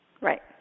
Right